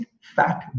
fat